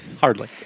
Hardly